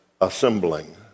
assembling